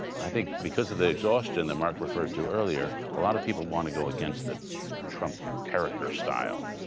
and i think, because of the exhaustion that mark referred to earlier, a lot of people want to go against the trump character style.